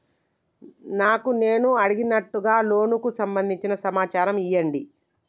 నాకు నేను అడిగినట్టుగా లోనుకు సంబందించిన సమాచారం ఇయ్యండి?